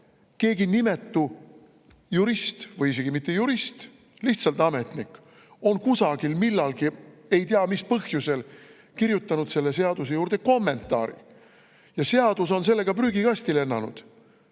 Keegi nimetu jurist või isegi mitte jurist, vaid lihtsalt ametnik on kusagil millalgi ei tea mis põhjusel kirjutanud selle seaduse juurde kommentaari ja seadus on sellega prügikasti lennanud.